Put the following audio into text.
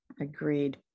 agreed